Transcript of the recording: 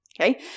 okay